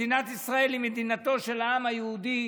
מדינת ישראל היא מדינתו של העם היהודי.